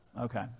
Okay